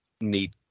need